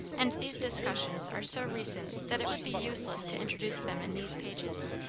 and these discussions are so recent that it would be useless to introduce them in these pages,